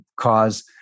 cause